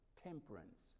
Temperance